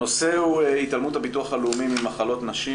הנושא הוא התעלמות הביטוח הלאומי ממחלות נשים,